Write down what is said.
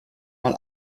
mal